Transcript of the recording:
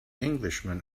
englishman